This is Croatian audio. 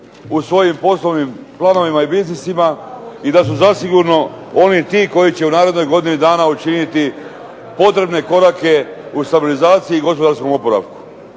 u svojim poslovnim planovima i biznisima, i da su zasigurno oni ti koji će u narednoj godini dana učiniti potrebne korake u stabilizaciji i gospodarskom opravku.